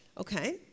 Okay